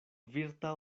virta